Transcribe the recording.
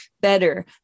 better